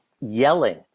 yelling